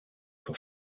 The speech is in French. pour